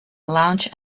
lounge